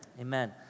Amen